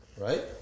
right